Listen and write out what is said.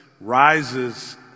rises